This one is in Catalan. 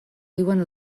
diuen